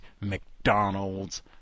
McDonald's